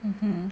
mmhmm